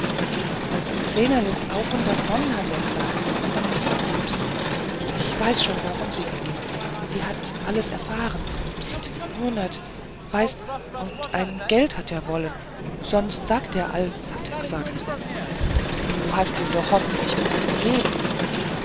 das xenerl ist auf und davon hat er g'sagt pst pst ich weiß schon warum sie weg ist sie hat alles erfahren pst nur nöt weißt d und ein geld hat er wollen sonst sagt er all's hat er gsagt du hast ihm doch hoffentlich keins gegeben